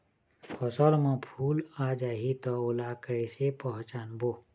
फसल म फूल आ जाही त ओला कइसे पहचानबो?